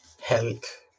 health